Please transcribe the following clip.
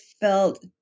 felt